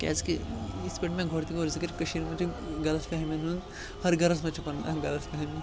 کیٛازِکہِ یِتھ پٲٹھۍ مےٚ گۄڈٕ تہِ کوٚر ذکر کٔشیٖرِ مںٛز چھِ غلط فٮ۪ہمین ہُنٛد ہر گَرَس منٛز چھِ پَنٕنۍ اَکھ غلط فٮ۪ہمی